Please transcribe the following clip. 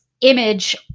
image